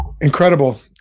incredible